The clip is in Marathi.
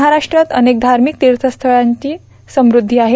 महाराष्ट्र अनेक धार्मिक तीर्थस्थळांनी समृद्ध आहे